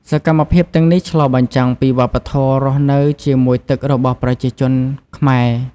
សកម្មភាពទាំងនេះឆ្លុះបញ្ចាំងពីវប្បធម៌រស់នៅជាមួយទឹករបស់ប្រជាជនខ្មែរ។